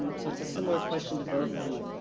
um so it's a similar question to both of you.